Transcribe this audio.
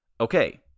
okay